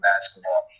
basketball